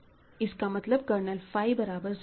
इसका मतलब kernel phi बराबर 0 है